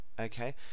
okay